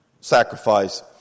sacrifice